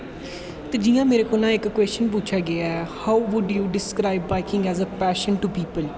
ते जियां मेरा कोला दा इक कव्शन पुच्छेआ गेआ ऐ how would you describe biking as a passion to people